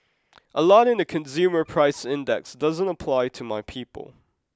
a lot in the consumer price index doesn't apply to my people